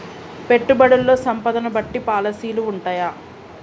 పెట్టుబడుల్లో సంపదను బట్టి పాలసీలు ఉంటయా?